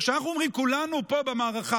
כשאנחנו אומרים שכולנו פה במערכה,